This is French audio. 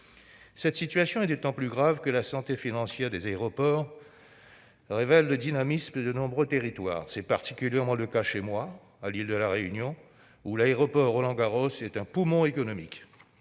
Cette situation est d'autant plus grave que la santé financière des aéroports révèle le dynamisme de nombreux territoires. C'est particulièrement le cas chez moi, dans l'île de La Réunion, où l'aéroport Roland-Garros est un poumon économique.